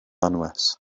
anwes